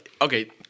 Okay